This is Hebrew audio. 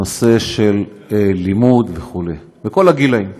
נושא של לימוד, וכו', בכל הגילים כמעט,